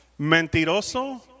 mentiroso